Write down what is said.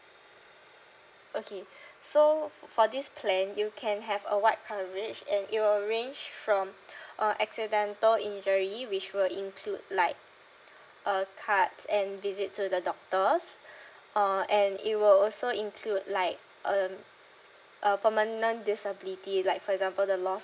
okay so for this plan you can have a wide coverage and it will range from uh accidental injury which will include like uh cuts and visit to the doctors uh and it will also include like um uh permanent disability like for example the loss